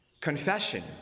confession